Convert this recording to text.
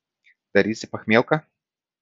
darysi pachmielką